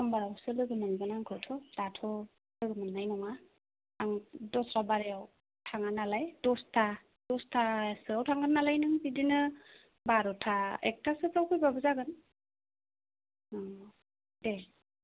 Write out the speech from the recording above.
समबारावसो लोगो मोनगोन आंखौथ' दाथ' लोगो मोन्नाय नङा आं दस्रा बारायाव थाङा नालाय दसथा दसथासोआव थांगोन नालाय नों बिदिनो बार'था एकथासोफ्राव फैबाबो जागोन दे